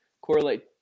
correlate